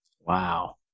Wow